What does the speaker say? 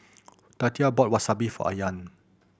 Tatia bought Wasabi for Ayaan